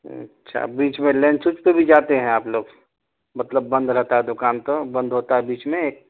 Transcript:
اچھا بیچ میں لنچ ونچ پہ بھی جاتے ہیں آپ لوگ مطلب بند رہتا ہے دکان تو بند ہوتا ہے بیچ میں